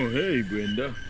hey brenda.